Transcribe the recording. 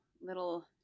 little